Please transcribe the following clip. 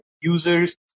users